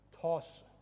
toss